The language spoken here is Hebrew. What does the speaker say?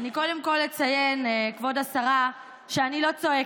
קודם כול, כבוד השרה, אני אציין שאני לא צועקת,